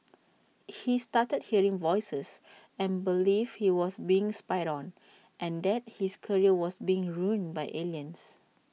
he started hearing voices and believed he was being spied on and that his career was being ruined by aliens